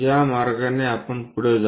या मार्गाने आपण पुढे जाऊ